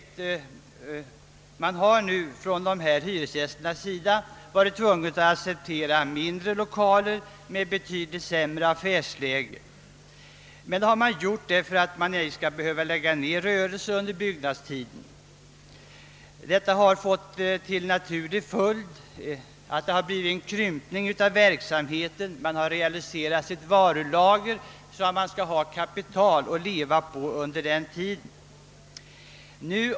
Dessa hyresgäster har kanske varit tvungna att acceptera mindre lokaler med betydligt sämre affärsläge för att inte bli nödsakade att lägga ned rörelsen under ombyggnadstiden. Detta har fått till naturlig följd en krympning av verksamheten, och man har ofta fått realisera sitt varulager för att få kapital att leva på.